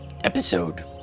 episode